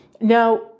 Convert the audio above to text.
Now